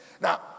Now